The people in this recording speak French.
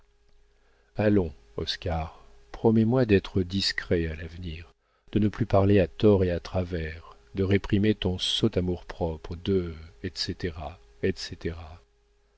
allons oscar promets-moi d'être discret à l'avenir de ne plus parler à tort et à travers de réprimer ton sot amour-propre de etc etc